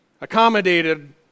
accommodated